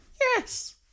yes